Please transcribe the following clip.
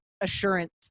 assurance